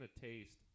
taste